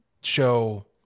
show